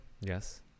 Yes